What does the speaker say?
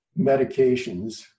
medications